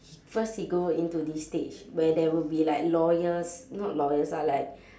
first he go into this stage where there will be like lawyers not lawyers ah like